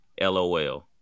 LOL